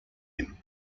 him